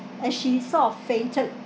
as she sort of fainted